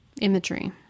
imagery